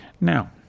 Now